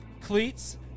cleats